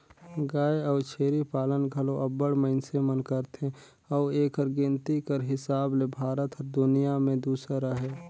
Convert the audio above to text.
गाय अउ छेरी पालन घलो अब्बड़ मइनसे मन करथे अउ एकर गिनती कर हिसाब ले भारत हर दुनियां में दूसर अहे